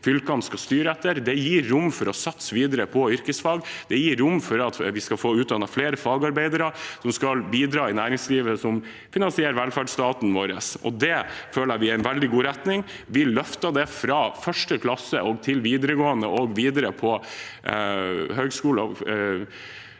fylkene skal styre etter. Det gir rom for å satse videre på yrkesfag, og det gir rom for at vi skal få utdannet flere fagarbeidere, som skal bidra i næringslivet som finansierer velferdsstaten vår. Der føler jeg at vi går i en veldig god retning. Vi løfter det fra 1. klasse til videregående og videre til høyskole og